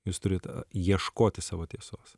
jūs turit ieškoti savo tiesos